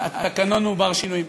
התקנון הוא בר-שינוי.